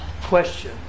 question